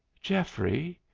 geoffrey,